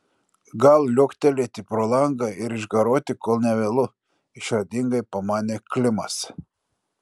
gal liuoktelėti pro langą ir išgaruoti kol ne vėlu išradingai pamanė klimas